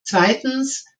zweitens